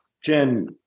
Jen